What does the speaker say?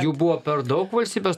jų buvo per daug valstybės